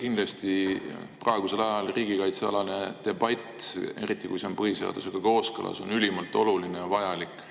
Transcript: Kindlasti on praegusel ajal riigikaitsealane debatt, eriti kui see on põhiseadusega kooskõlas, ülimalt oluline ja vajalik.